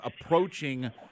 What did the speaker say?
approaching